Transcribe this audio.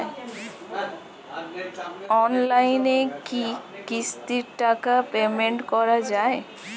অনলাইনে কি কিস্তির টাকা পেমেন্ট করা যায়?